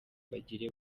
bagira